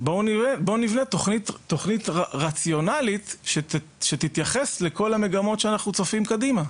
בואו נבנה תוכנית רציונלית שתייחס לכל המגמות שאנחנו צופים קדימה.